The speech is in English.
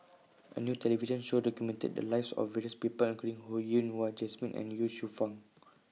A New television Show documented The Lives of various People including Ho Yen Wah Jesmine and Ye Shufang